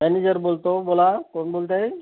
manager बोलतो बोला कोण बोलतंय